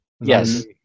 Yes